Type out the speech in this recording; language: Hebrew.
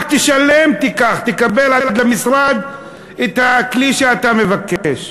רק תשלם, תיקח, תקבל עד למשרד את הכלי שאתה מבקש.